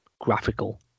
graphical